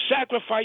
sacrifice